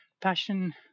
passion